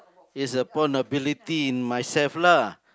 it's upon ability in myself lah